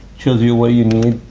shows you what you need,